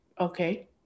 okay